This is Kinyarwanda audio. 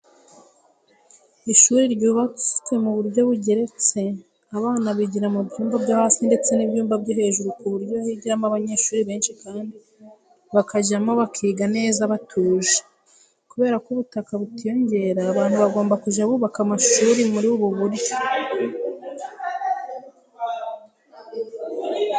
Ishuri ryubatswe mu buryo bugeretse abana bigira mu byumba byo hasi ndetse n'ibyumba byo hejuru ku buryo higiramo abanyeshuri benshi kandi bakajyamo bakiga neza batuje, kubera ko ubutaka butiyongera abantu bagomba kujya bubaka amashuri muri ubu buryo.